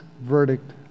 verdict